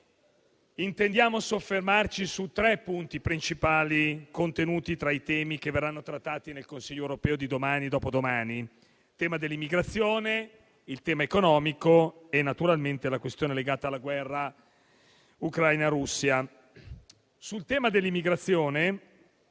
intendiamo soffermarci su tre punti principali contenuti tra i temi che verranno trattati nel Consiglio europeo di domani e dopodomani: il tema dell'immigrazione, il tema economico e, naturalmente, la questione legata alla guerra Ucraina-Russia. Sul tema dell'immigrazione,